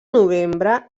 novembre